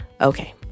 Okay